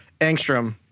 Angstrom